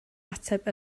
ateb